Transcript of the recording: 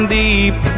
deep